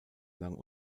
lang